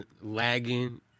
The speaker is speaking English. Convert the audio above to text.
lagging